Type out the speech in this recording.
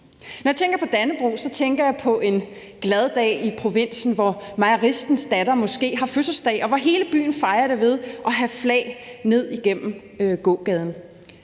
Når jeg tænker på Dannebrog, tænker jeg på en glad dag i provinsen, hvor mejeristens datter måske har fødselsdag, og hvor hele byen fejrer det ved at have flag ned igennem gågaden.